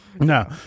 No